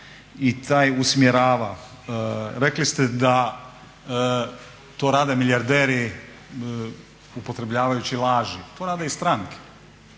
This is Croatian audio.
i taj usmjerava. Rekli ste da to rade milijarderi upotrebljavajući laži. To rade i stranke.